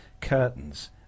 curtains